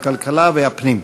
הכלכלה והפנים.